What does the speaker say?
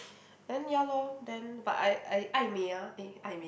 then ya lor then but I I 爱美 ah eh 爱美